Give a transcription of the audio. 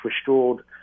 restored